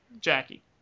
Jackie